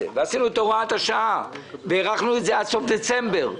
ועשינו את הוראת השעה והארכנו את זה עד סוף דצמבר,